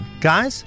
Guys